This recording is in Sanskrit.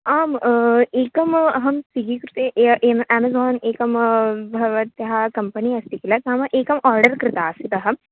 आम् एकम् अहं स्वीकृते ये येन अमेज़ान् एकं भवत्याः कम्पनि अस्ति किल नाम एकम् आर्डर् कृता आसीत् अहम्